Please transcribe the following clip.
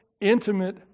intimate